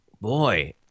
Boy